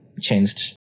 changed